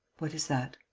what is that?